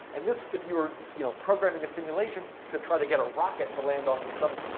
and this, if you were you know programming a simulation to try to get a rocket to land on some,